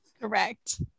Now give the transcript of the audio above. Correct